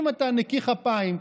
אם אתה נקי כפיים,